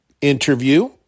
interview